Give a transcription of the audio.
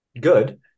good